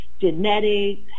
genetics